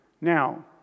Now